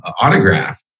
autograph